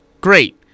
Great